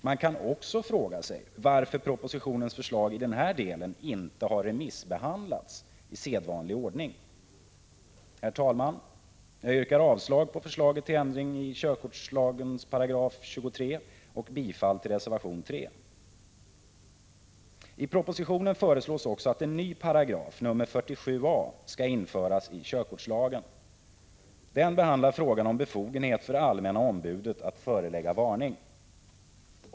Man kan också fråga sig varför propositionens förslag i denna del inte har remissbehandlats i sedvanlig ordning. Herr talman! Jag yrkar avslag på förslaget till ändring av 23 § körkortslagen, och bifall till reservation 3. I propositionen föreslås att en ny paragraf, 47 a§, skall införas i körkortslagen. Den behandlar frågan om befogenhet för allmänna ombudet att förelägga varning.